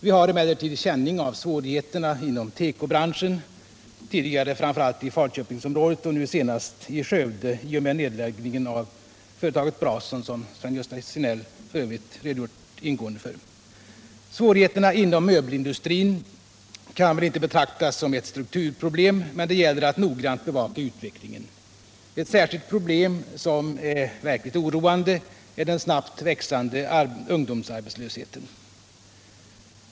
Vi har emellertid känning av svårigheterna inom tekobranschen, tidigare framför allt i Falköpingsområdet och nu senast i Skövde i och med nedläggningen av Nr 60 företaget Brason, som Sven-Gösta Signell ingående redogjort för. Svårigheterna inom möbelindustrin kan väl inte betraktas som ett strukturproblem, men det gäller att noggrant bevaka utvecklingen. Ett problem, som är särskilt oroande, är den snabbt växande ungdomsarbetslösheten.